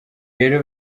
rero